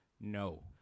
No